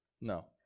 No